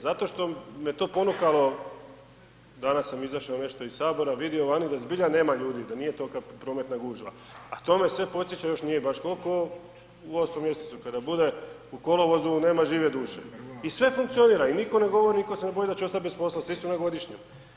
Zato što me to ponukalo, danas sam izašao nešto iz Sabora, vidio vani da zbilja nema ljudi, da nije tolika prometna gužva, a to me sve podsjeća još nije baš toliko u 8. mjesecu kada bude u kolovozu nema žive duše i sve funkcionira i niko ne govori i niko se ne boji da će ostati bez posla, svi su na godišnjem.